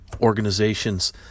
organizations